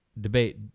debate